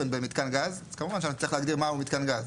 במתקן גז אז כמובן שאנחנו נצטרך להגדיר מהו מתקן גז.